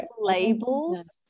labels